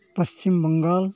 Paschim Bengal